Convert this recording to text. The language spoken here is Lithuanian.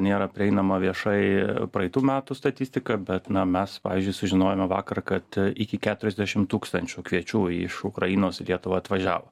nėra prieinama viešai praeitų metų statistika bet na mes pavyzdžiui sužinojome vakar kad iki keturiasdešimt tūkstančių kviečių iš ukrainos į lietuvą atvažiavo